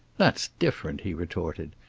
that's different, he retorted,